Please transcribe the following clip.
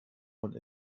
von